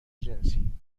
جنسی